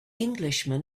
englishman